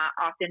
often